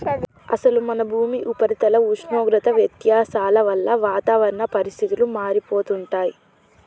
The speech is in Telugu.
అసలు మన భూమి ఉపరితల ఉష్ణోగ్రత వ్యత్యాసాల వల్ల వాతావరణ పరిస్థితులు మారిపోతుంటాయి